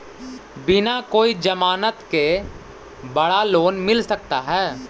बिना कोई जमानत के बड़ा लोन मिल सकता है?